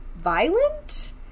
violent